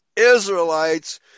Israelites